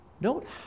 note